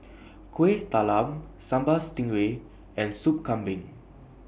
Kuih Talam Sambal Stingray and Sop Kambing